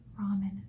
ramen